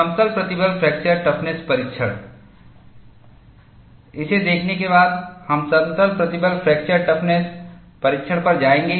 समतल प्रतिबल fracture toughness परीक्षण इसे देखने के बाद हम समतल प्रतिबल फ्रैक्चर टफनेस परीक्षण पर जाएंगे